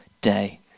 day